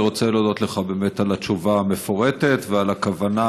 אני רוצה להודות לך על התשובה המפורטת ועל הכוונה